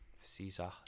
Caesar